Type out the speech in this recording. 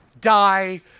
die